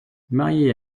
mariée